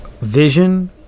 Vision